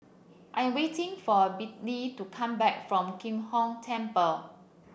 I am waiting for Bettye to come back from Kim Hong Temple